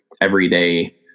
everyday